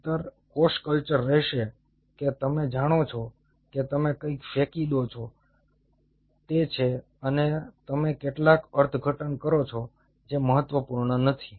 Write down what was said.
નહિંતર કોષ કલ્ચર રહેશે કે તમે જાણો છો કે તમે કંઈક ફેંકી દો છો તે છે અને તમે કેટલાક અર્થઘટન કરો છો જે મહત્વપૂર્ણ નથી